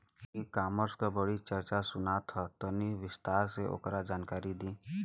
ई कॉमर्स क बड़ी चर्चा सुनात ह तनि विस्तार से ओकर जानकारी दी?